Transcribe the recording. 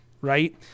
right